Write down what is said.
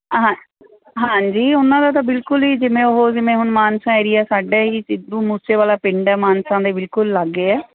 ਅਹਾ ਹਾਂਜੀ ਉਹਨਾਂ ਦਾ ਤਾਂ ਬਿਲਕੁਲ ਹੀ ਜਿਵੇਂ ਉਹ ਜਿਵੇਂ ਹੁਣ ਮਾਨਸਾ ਏਰੀਆ ਸਾਡਾ ਹੀ ਸਿੱਧੂ ਮੂਸੇ ਵਾਲਾ ਪਿੰਡ ਹੈ ਮਾਨਸਾ ਦੇ ਬਿਲਕੁਲ ਲਾਗੇ ਹੈ